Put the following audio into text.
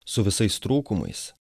su visais trūkumais